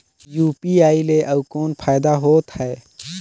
UPI ले अउ कौन फायदा होथ है?